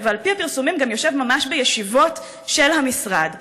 ועל-פי הפרסומים גם יושב ממש בישיבות של המשרד.